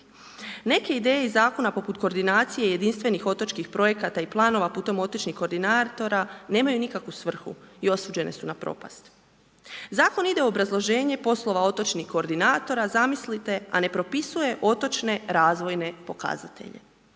Neke ideje iz Zakon poput koordinacije jedinstvenih otočkih projekata i planova putem otočnih koordinatora nemaju nikakvu svrhu i osuđene su na propast. Zakon ide u obrazloženje poslova otočnih koordinatora, zamislite, a ne propisuje otočne razvojne pokazatelje.